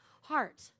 heart